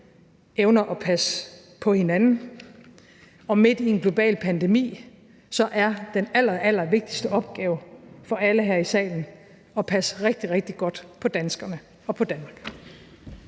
evner at passe på hinanden. Og midt i en global pandemi er den allerallervigtigste opgave for alle her i salen at passe rigtig, rigtig godt på danskerne og på Danmark.